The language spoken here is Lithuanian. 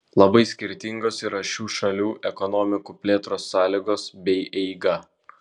labai skirtingos yra šių šalių ekonomikų plėtros sąlygos bei eiga